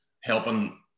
helping